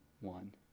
One